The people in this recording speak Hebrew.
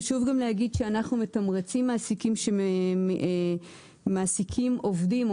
חשוב גם להגיד שאנחנו מתמרצים מעסיקים שמעסיקים עובדים או